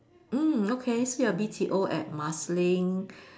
mm okay so your B_T_O at Marsiling